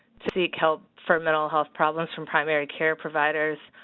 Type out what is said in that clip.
to seek help for mental health problems from primary care providers,